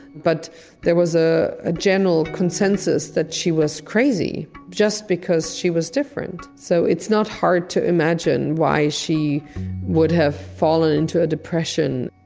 but there was ah a general consensus that she was crazy just because she was different. so it's not hard to imagine why she would have fallen into a depression.